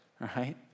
right